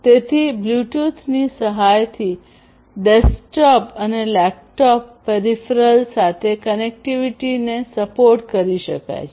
તેથી બ્લૂટૂથની સહાયથી ડેસ્કટોપ અને લેપટોપ પેરિફેરલ્સ સાથે કનેક્ટિવિટીને સપોર્ટ કરી શકાય છે